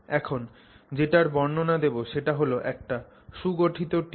এখন যেটার বর্ণনা দেব সেটা হল একটা সুগঠিত টিউব